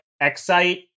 Excite